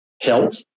health